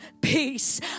peace